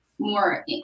more